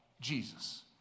Jesus